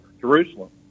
Jerusalem